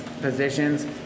positions